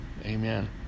amen